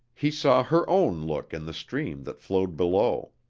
he saw her own look in the stream that flowed below.